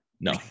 No